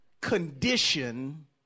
condition